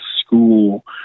school